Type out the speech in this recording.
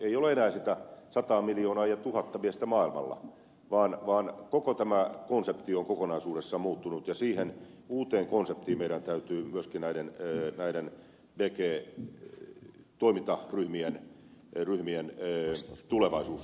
ei ole enää sitä sataa miljoonaa ja tuhatta miestä maailmalla vaan koko tämä konsepti on kokonaisuudessaan muuttunut ja siihen uuteen konseptiin meidän täytyy myöskin näiden bg toimintaryhmien tulevaisuus